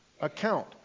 account